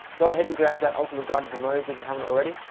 go ahead and grab that ultimate guide to the modes if you haven't already.